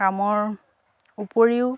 কামৰ উপৰিও